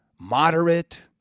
moderate